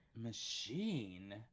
Machine